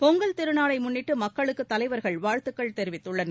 பொங்கல் திருநாளை முன்னிட்டு மக்களுக்கு தலைவர்கள் வாழ்த்துக்கள் தெரிவித்துள்ளனர்